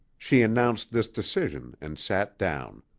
she announced this decision and sat down.